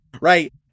right